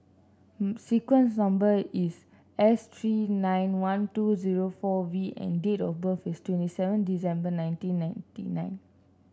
sequence number is S three nine one two zero four V and date of birth is twenty seven December nineteen ninety nine